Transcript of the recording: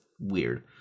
weird